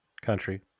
Country